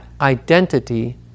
identity